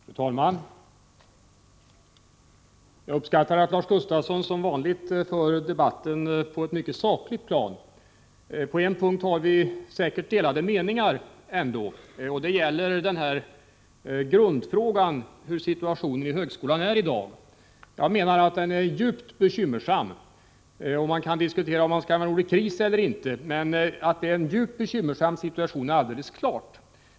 Fru talman! Jag uppskattar att Lars Gustafsson som vanligt för debatten på ett mycket sakligt plan. På en punkt har vi säkerligen ändå delade meningar, nämligen i grundfrågan om situationen för högskolan i dag. Jag menar att situationen är djupt bekymmersam. Man kan diskutera om ordet kris skall användas eller inte, men att det är en djupt bekymmersam situation är helt klart.